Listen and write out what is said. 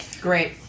Great